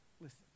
Listen